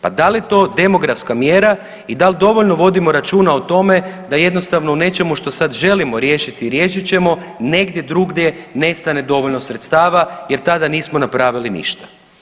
Pa da li to demografska mjera i da li dovoljno vodimo računa o tome da jednostavno u nečemu što sad želimo riješiti, riješit ćemo, negdje drugdje nestane dovoljno sredstava, jer tada nismo napravili ništa.